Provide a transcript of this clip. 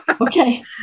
Okay